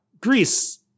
Greece